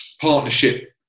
partnership